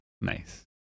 nice